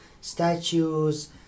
statues